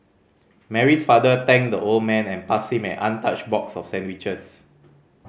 Mary's father thanked the old man and passed him an untouched box of sandwiches